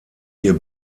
ihr